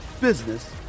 business